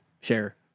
share